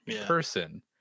person